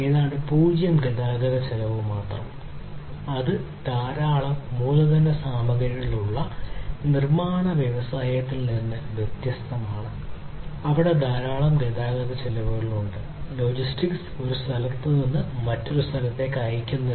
ഏതാണ്ട് പൂജ്യം ഗതാഗത ചെലവ് ഉൾപ്പെടുന്നു അത് ധാരാളം മൂലധന സാമഗ്രികൾ ഉള്ള നിർമ്മാണ വ്യവസായങ്ങളിൽ നിന്ന് വ്യത്യസ്തമാണ് ധാരാളം ഗതാഗത ചെലവുകൾ ഉൾപ്പെടുന്നു ലോജിസ്റ്റിക്സ് ഒരു സ്ഥലത്തുനിന്ന് മറ്റൊരിടത്തേക്ക് അയയ്ക്കുന്നു